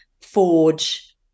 forge